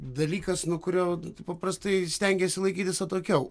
dalykas nuo kurio paprastai stengiesi laikytis atokiau